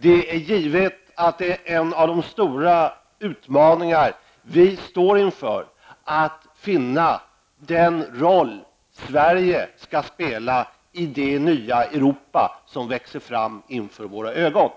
Det är givet att en av de stora utmaningar som vi står inför är att finna den roll Sverige skall spela i det nya Europa som växer fram inför våra ögon.